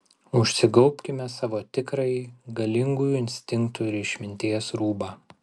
užsigaubkime savo tikrąjį galingų instinktų ir išminties rūbą